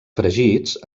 fregits